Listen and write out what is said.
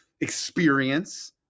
experience